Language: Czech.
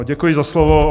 Děkuji za slovo.